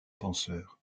penseur